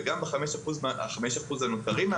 גם ב-5% המקרים הנותרים,